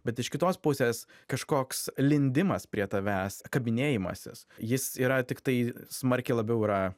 bet iš kitos pusės kažkoks lindimas prie tavęs kabinėjimasis jis yra tiktai smarkiai labiau yra